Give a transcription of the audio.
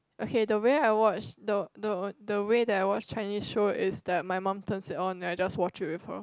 okay the way I watch the the the way that I watch Chinese show is that my mum turns it on then I just watch it with her